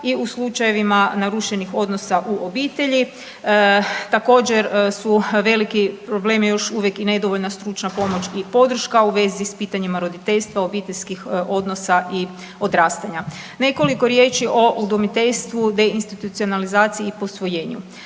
i u slučajevima narušenih odnosa u obitelji također su veliki problemi još uvijek i nedovoljna stručna pomoć i podrška u vezi s pitanjima roditeljstva, obiteljskih odnosa i odrastanja. Nekoliko riječi o udomiteljstvu, deinstitucionalizaciji i posvojenju.